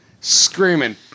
screaming